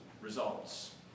results